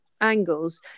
angles